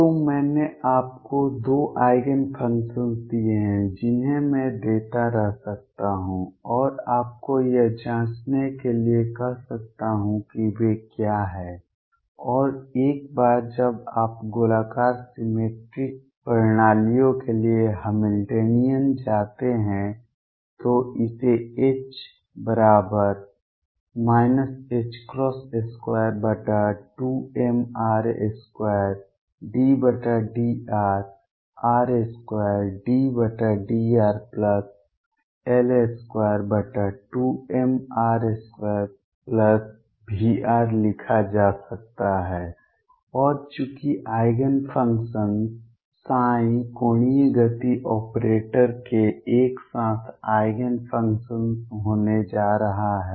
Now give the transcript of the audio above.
तो मैंने आपको 2 आइगेन फंक्शन दिए हैं जिन्हें मैं देता रह सकता हूं और आपको यह जांचने के लिए कह सकता हूं कि वे क्या हैं और एक बार जब आप गोलाकार सिमेट्रिक प्रणालियों के लिए हैमिल्टनियन जाते हैं तो इसे H बराबर ℏ22mr2∂rr2∂rL22mr2Vr लिखा जा सकता है और चूंकि आइगेन फंक्शन्स कोणीय गति ऑपरेटर के एक साथ आइगेन फंक्शन्स होने जा रहा हैं